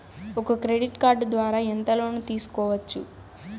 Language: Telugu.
ఒక క్రెడిట్ కార్డు ద్వారా ఎంత లోను తీసుకోవచ్చు?